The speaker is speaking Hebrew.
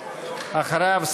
אחריו,